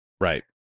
Right